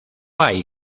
hay